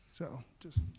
so just,